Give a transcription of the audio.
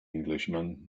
englishman